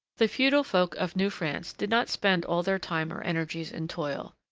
the feudal folk of new france did not spend all their time or energies in toil.